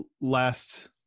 last